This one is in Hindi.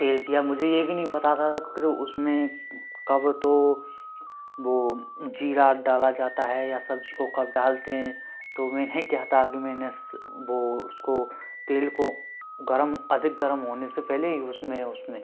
तेल या मुझे यह भी नहीं पता था कि उसमें कब तो वह ज़ीरा डाला जाता है या सब्ज़ी को कब डालते हैं तो मैं क्या था कि मैंने वह उसको तेल को गर्म अधिक गर्म होने से पहले उसमें उसमें